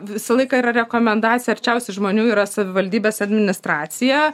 visą laiką yra rekomendacija arčiausiai žmonių yra savivaldybės administracija